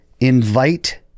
Invite